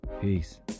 peace